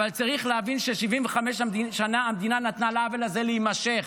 אבל צריך להבין ש-75 שנה המדינה נתנה לעוול הזה להימשך.